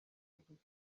didn’t